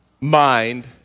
mind